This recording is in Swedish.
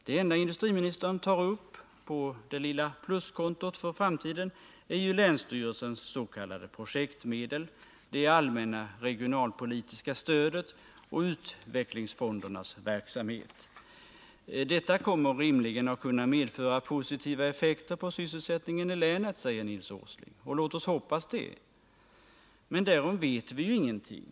Det enda industriministern tar upp på det lilla pluskontot för framtiden är länsstyrelsens s.k. projektmedel, det allmänna regionalpolitiska stödet och utvecklingsfondernas verksamhet. Detta kommer rimligen att kunna medföra positiva effekter för sysselsättningen i länet, säger Nils Åsling. Låt oss hoppas det. Men därom vet vi ju ingenting.